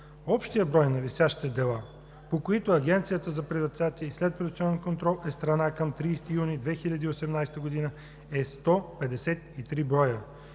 Общият брой на висящите дела, по които Агенцията за приватизация и следприватизационен контрол е страна, към 30 юни 2018 г. е 153 броя,